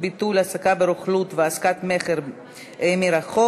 ביטול עסקה ברוכלות ועסקת מכר מרחוק),